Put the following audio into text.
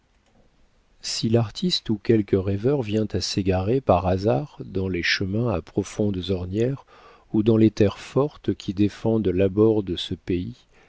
si l'artiste ou quelque rêveur vient à s'égarer par hasard dans les chemins à profondes ornières ou dans les terres fortes qui défendent l'abord de ce pays